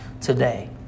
today